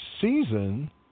season